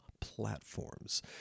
platforms